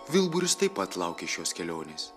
vilburis taip pat laukė šios kelionės